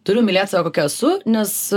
turiu mylėt save kokia esu nes